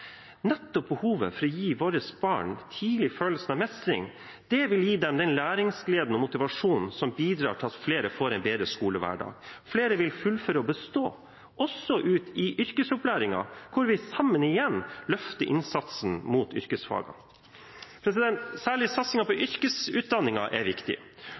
Å gi våre barn tidlig følelsen av mestring vil gi dem den læringsgleden og motivasjonen som bidrar til at flere får en bedre skolehverdag. Flere vil fullføre og bestå også ut i yrkesopplæringen, hvor vi sammen igjen løfter innsatsen mot yrkesfagene. Særlig satsingen på yrkesutdanningen er viktig.